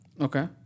Okay